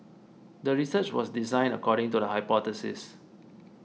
the research was designed according to the hypothesis